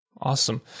Awesome